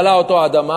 זה שבלעה אותו האדמה,